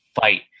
fight